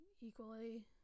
equally